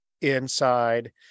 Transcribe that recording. inside